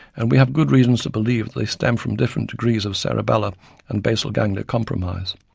and we have good reasons to believe that they stem from different degrees of cerebellar and basal ganglia compromise.